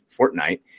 Fortnite